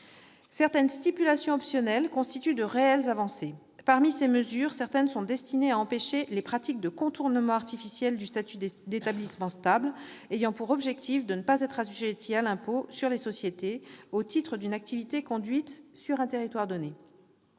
Plusieurs stipulations optionnelles constituent de réelles avancées. Certaines d'entre elles sont destinées à empêcher les pratiques de contournement artificiel du statut d'établissement stable ayant pour objectif de ne pas être assujetti à l'impôt sur les sociétés au titre d'une activité conduite sur un territoire donné.